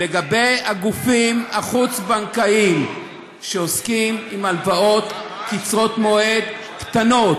לגבי הגופים החוץ-בנקאיים שעוסקים עם הלוואות קצרות מועד קטנות,